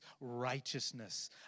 righteousness